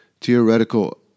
Theoretical